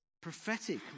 Prophetic